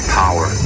power